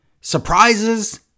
surprises